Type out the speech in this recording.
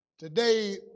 Today